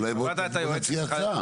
אולי בואו נציע הצעה.